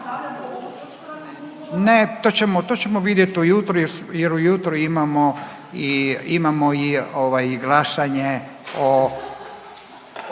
ćemo, to ćemo vidjet ujutro jer ujutro imamo i, imamo i ovaj